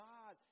God